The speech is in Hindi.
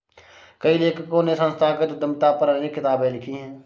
कई लेखकों ने संस्थागत उद्यमिता पर अनेक किताबे लिखी है